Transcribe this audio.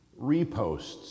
reposts